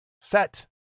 set